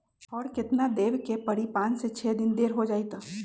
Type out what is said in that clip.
और केतना देब के परी पाँच से छे दिन देर हो जाई त?